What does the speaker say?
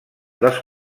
dels